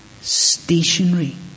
stationary